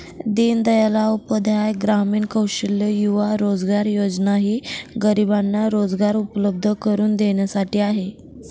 दीनदयाल उपाध्याय ग्रामीण कौशल्य युवा रोजगार योजना ही गरिबांना रोजगार उपलब्ध करून देण्यासाठी आहे